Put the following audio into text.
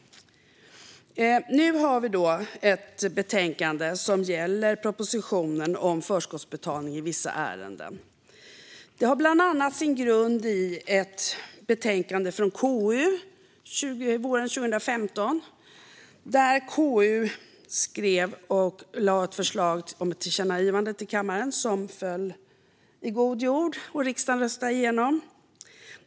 Nu har vi ett betänkande som gäller propositionen om förskottsbetalning i vissa ärenden. Det har bland annat sin grund i ett betänkande från KU från 2015 där KU lade fram ett förslag till tillkännagivande för kammaren, som föll i god jord och röstades igenom av riksdagen.